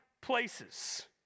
places